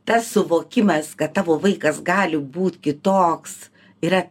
tas suvokimas kad tavo vaikas gali būt kitoks yra